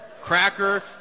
Cracker